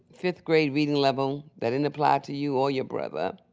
fifth grade reading level, that didn't apply to you or your brother.